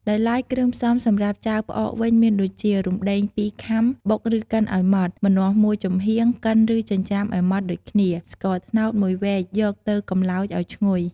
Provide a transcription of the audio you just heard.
ដោយឡែកគ្រឿងផ្សំសម្រាប់ចាវផ្អកវិញ មានដូចជា រំដែង ២ខាំ បុក ឬកិនឱ្យម៉ដ្ឋ ម្នាស់ មួយចំហៀង កិន ឬ ចិញ្ច្រាំឱ្យម៉ដ្ឋដូចគ្នា ស្ករត្នោត មួយវែក យកទៅកម្លោចឱ្យឈ្ងុយ។